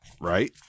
Right